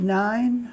nine